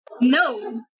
no